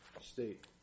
state